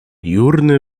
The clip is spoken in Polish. jurny